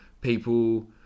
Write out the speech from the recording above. people